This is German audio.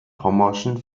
pommerschen